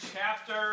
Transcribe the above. chapter